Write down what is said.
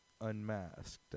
unmasked